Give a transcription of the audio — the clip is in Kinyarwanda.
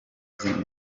zimaze